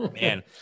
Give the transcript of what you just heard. Man